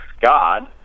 God